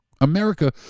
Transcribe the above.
America